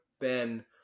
Ben